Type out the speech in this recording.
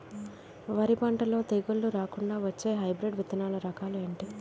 వరి పంటలో తెగుళ్లు రాకుండ వచ్చే హైబ్రిడ్ విత్తనాలు రకాలు ఏంటి?